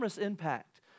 impact